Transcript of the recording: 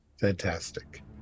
Fantastic